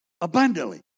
abundantly